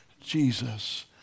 Jesus